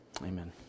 Amen